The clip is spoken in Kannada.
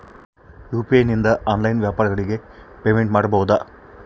ಯು.ಪಿ.ಐ ನಿಂದ ಆನ್ಲೈನ್ ವ್ಯಾಪಾರಗಳಿಗೆ ಪೇಮೆಂಟ್ ಮಾಡಬಹುದಾ?